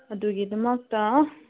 ꯑꯗꯨꯒꯤꯗꯃꯛꯇ